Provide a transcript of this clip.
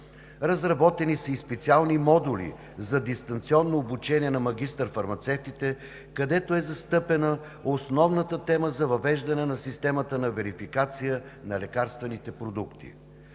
Разработени са и специални модули за дистанционно обучение на магистър-фармацевтите, където е застъпена основната тема за въвеждане на системата за верификация на лекарствените продукти.